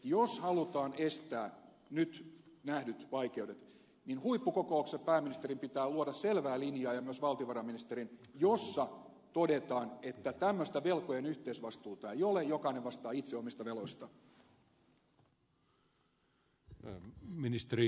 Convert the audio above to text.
jos halutaan estää nyt nähdyt vaikeudet niin huippukokouksessa pääministerin ja myös valtiovarainministerin pitää luoda selvää linjaa jossa todetaan että tämmöistä velkojen yhteisvastuuta ei ole jokainen vastaa itse omista veloistaan